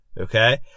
Okay